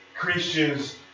Christians